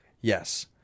Yes